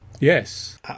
Yes